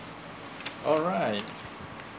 alright